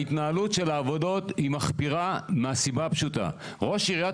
ההתנהלות של העבודות מחפירה מהסיבה הפשוטה: ראש עיריית